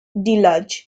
deluge